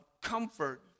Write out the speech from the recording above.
comfort